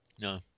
No